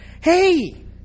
Hey